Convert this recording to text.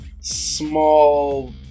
small